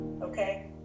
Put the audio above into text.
okay